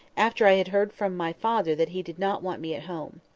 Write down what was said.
after i had heard from my father that he did not want me at home.